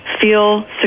feel